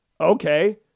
Okay